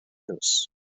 house